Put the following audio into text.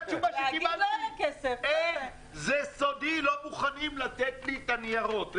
זה סודי, לא מוכנים לתת לי את הניירות.